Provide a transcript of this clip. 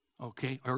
okay